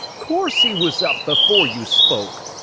course he was up before you spoke!